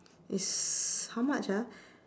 is how much ah